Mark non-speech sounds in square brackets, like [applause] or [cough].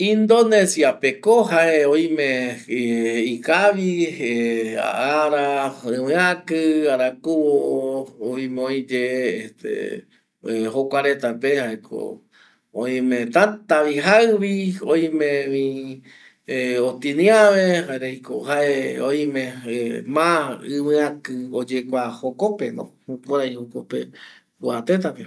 Indonesiapeko jae oime ikavi, oime [hesitation] ara iviaki, arakuvo, oime oiye [hesitation] jokuaretape jaeko oime tätavi jaivi, oimevi [hesitation] otiniave jareko jae oime ma [hesitation] ɨvɨaki oyekua jokopeno jukurai jokope kua tëtape